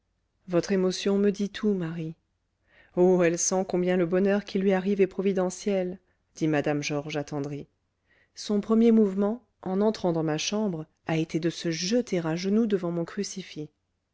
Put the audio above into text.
votre émotion me dit tout marie oh elle sent combien le bonheur qui lui arrive est providentiel dit mme georges attendrie son premier mouvement en entrant dans ma chambre a été de se jeter à genoux devant mon crucifix